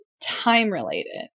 time-related